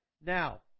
Now